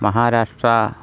महाराष्ट्रः